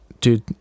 Dude